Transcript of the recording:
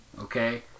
okay